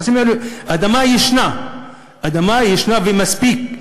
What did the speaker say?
אדמה ישְנה, אדמה ישנה, ומספיק.